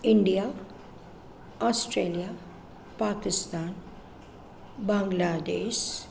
India Australia Pakistan Bangladesh